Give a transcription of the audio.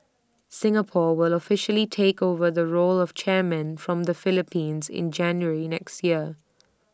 Singapore will officially take over the role of chairman from the Philippines in January next year